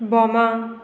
बोमा